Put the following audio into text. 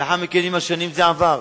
לאחר מכן, עם השנים זה עבר,